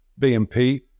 BMP